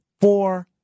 four